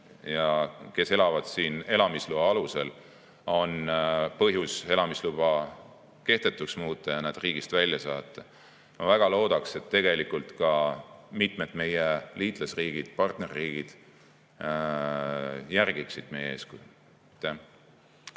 ja kes elavad siin elamisloa alusel, on põhjus elamisluba kehtetuks muuta ja nad riigist välja saata. Ma väga loodan, et ka mitmed meie liitlasriigid, partnerriigid, järgivad meie eeskuju.